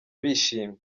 bishimye